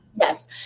Yes